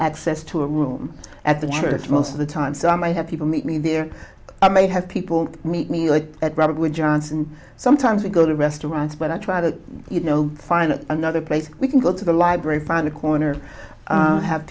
access to a room at the church most of the time so i might have people meet me there i may have people meet me at robert wood johnson sometimes we go to restaurants but i try to you know find another place we can go to the library find a corner to have